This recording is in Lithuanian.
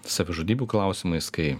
savižudybių klausimais kai